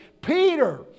Peter